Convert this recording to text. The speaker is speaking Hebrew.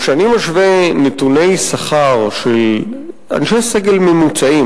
כשאני משווה נתוני שכר של אנשי סגל ממוצעים,